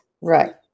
Right